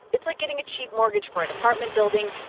it's like getting a cheap mortgage for an apartment building.